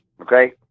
okay